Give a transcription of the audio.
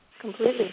completely